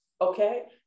Okay